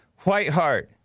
Whiteheart